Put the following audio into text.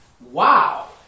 wow